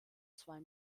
zwei